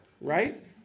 right